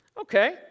Okay